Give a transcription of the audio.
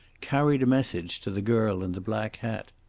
carried a message to the girl in the black hat.